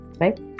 right